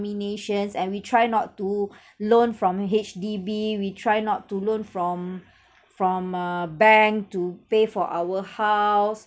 nominations and we try not to loan from H_D_B we try not to loan from from a bank to pay for our house